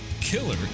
killer